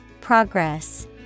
Progress